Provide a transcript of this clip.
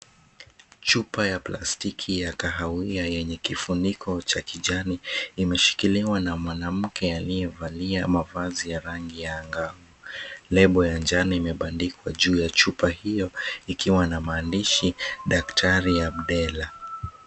Chupa ya plastiki ya kahawia yenye kifuniko cha kijani imeshikiliwa na mwanamke aliyevalia mavazi ya rangi ya angavu. Lebo ya njano imebandikwa juu ya chupa hiyo ikiwa na maandishi "Daktari Abdella".